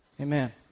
Amen